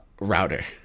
router